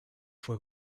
fue